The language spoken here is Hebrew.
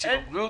בתקציב הבריאות.